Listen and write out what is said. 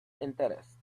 interest